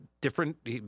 different